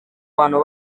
bantu